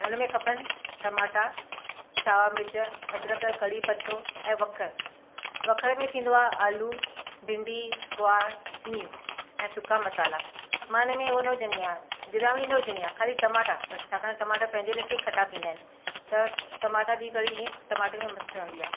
ऐं हुन में खपनि टमाटा सावा मिर्च अदरक कढ़ी पतो ऐं वखरु वखर में थींदो आहे आलू भिंडी गुआर सिङियूं ऐं सुका मसाल्हा मां हिन में उहो न विझंदी आहियां गिदामड़ी न विझंदी आहियां खाली टमाटा बसि छाकाणि टमाटा पंहिंजे लेखे खटा थींदा आहिनि त टमाटा जी कढ़ी ईअं टमाटनि जी मस्तु ठहंदी आहियां